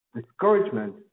Discouragement